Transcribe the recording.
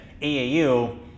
aau